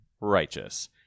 Righteous